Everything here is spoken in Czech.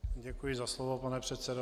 Děkuji za slovo, pane předsedo.